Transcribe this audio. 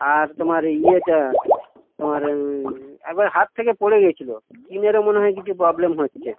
আর তোমার ইয়েটা তোমার একবার হাত থেকে পড়ে গেছিলো কিনেরও মনে হয় কিছু প্রব্লেম হচ্ছে